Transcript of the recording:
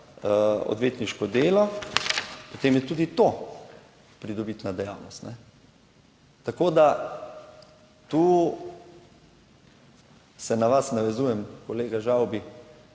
odvetniško delo, potem je tudi to pridobitna dejavnost. Tako, da tu se na vas navezujem, kolega Žavbi,